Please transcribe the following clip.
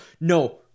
no